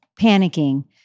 panicking